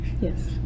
Yes